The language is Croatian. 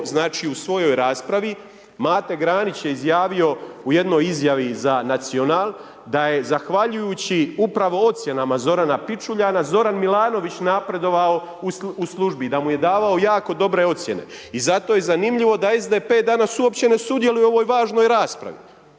u svojoj raspravi Mate Granić je izjavio u jednoj izjavi za Nacional da je zahvaljujući upravo ocjenama Zorana Pičuljana, Zoran Milanović napredovao u službi, da mu je davao jako dobre ocjene. I zato je zanimljivo da SDP danas uopće ne sudjeluje u ovoj važnoj raspravi.